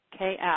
KF